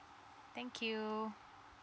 thank you